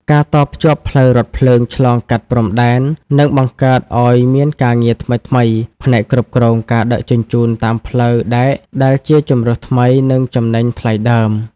ការតភ្ជាប់ផ្លូវរថភ្លើងឆ្លងកាត់ព្រំដែន នឹងបង្កើតឱ្យមានការងារថ្មីៗផ្នែកគ្រប់គ្រងការដឹកជញ្ជូនតាមផ្លូវដែកដែលជាជម្រើសថ្មី និងចំណេញថ្លៃដើម។